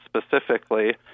specifically